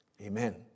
Amen